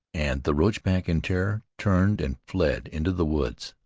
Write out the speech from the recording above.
and the roachback, in terror, turned and fled into the woods.